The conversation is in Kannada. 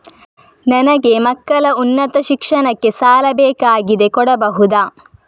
ನನಗೆ ಮಕ್ಕಳ ಉನ್ನತ ಶಿಕ್ಷಣಕ್ಕೆ ಸಾಲ ಬೇಕಾಗಿದೆ ಕೊಡಬಹುದ?